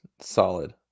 solid